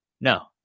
No